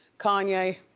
kanye.